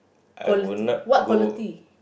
quality what quality